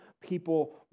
people